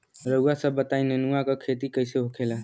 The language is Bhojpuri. रउआ सभ बताई नेनुआ क खेती कईसे होखेला?